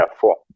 four